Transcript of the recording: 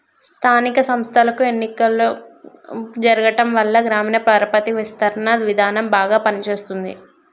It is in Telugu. స్థానిక సంస్థలకు ఎన్నికలు జరగటంవల్ల గ్రామీణ పరపతి విస్తరణ విధానం బాగా పని చేస్తుంది